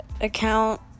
account